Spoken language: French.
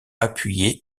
appuyé